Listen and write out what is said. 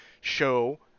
show